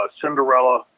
Cinderella